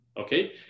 Okay